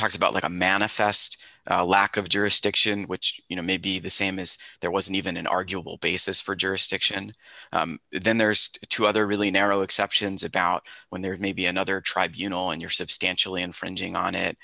talks about like a manifest lack of jurisdiction which you know may be the same as there was an even an arguable basis for jurisdiction and then there's two other really narrow exceptions about when there may be another tribunals and you're substantially infringing on it